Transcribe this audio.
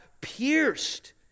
pierced